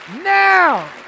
Now